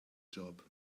job